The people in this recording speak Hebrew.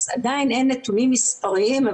אז עדיין אין נתונים מספריים.